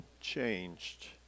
changed